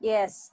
Yes